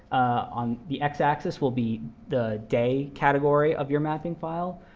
on the x-axis will be the day category of your mapping file.